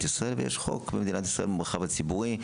ישראל ויש חוק במדינת ישראל במרחב הציבורי,